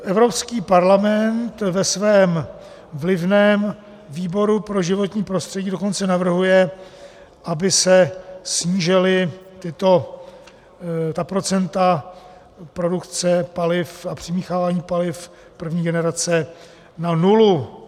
Evropský parlament ve svém vlivném výboru pro životní prostředí dokonce navrhuje, aby se snížila procenta produkce paliv a přimíchávání paliv první generace na nulu.